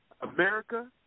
America